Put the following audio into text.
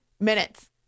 minutes